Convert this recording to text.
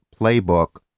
playbook